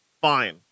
fine